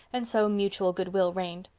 and so mutual goodwill reigned.